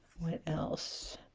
what else